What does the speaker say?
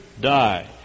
die